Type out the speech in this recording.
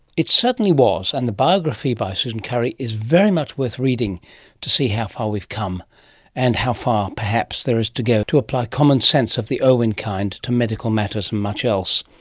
it certainly was, and the biography by susan currie is very much worth reading to see how far we've come and how far perhaps there is to go to apply common sense of the irwin kind to medical matters and much else.